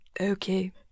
okay